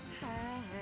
time